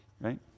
right